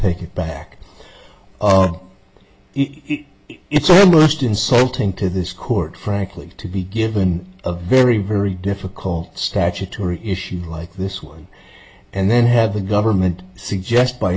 take it back it's almost insulting to this court frankly to be given a very very difficult statutory issue like this one and then have the government suggest by